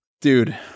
Dude